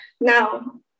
Now